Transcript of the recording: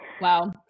Wow